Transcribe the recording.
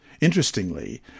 interestingly